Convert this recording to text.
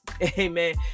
Amen